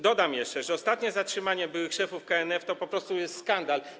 Dodam jeszcze, że ostatnie zatrzymanie byłych szefów KNF to po prostu jest skandal.